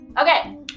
Okay